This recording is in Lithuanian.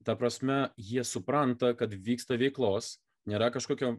ta prasme jie supranta kad vyksta veiklos nėra kažkokio